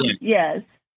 yes